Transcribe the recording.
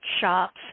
shops